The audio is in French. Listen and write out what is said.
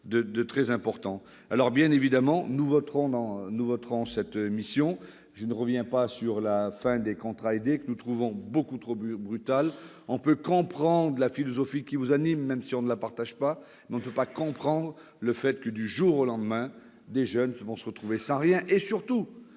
très important pour nous. Bien évidemment, nous voterons cette mission. Je ne reviens pas sur la fin des contrats aidés, que nous trouvons beaucoup trop brutale. Si l'on peut comprendre la philosophie qui vous anime, même si on ne la partage pas, on ne peut admettre que, du jour au lendemain, des jeunes se retrouvent sans rien. Surtout,